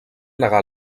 negar